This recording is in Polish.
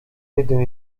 zejdę